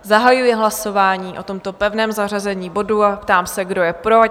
Zahajuji hlasování o tomto pevném zařazení bodu a ptám se, kdo je pro?